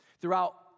Throughout